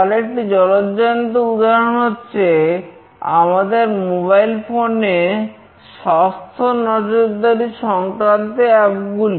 তার একটি জলজ্যান্ত উদাহরণ হচ্ছে আমাদের মোবাইল ফোনগুলি